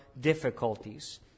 difficulties